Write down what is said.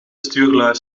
stuurlui